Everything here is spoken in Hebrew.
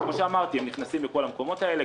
כמו שאמרתי, הם נכנסים לכל המקומות האלה.